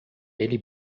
ele